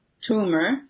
tumor